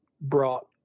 brought